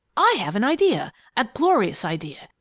i have an idea a glorious idea!